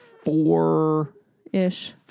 four-ish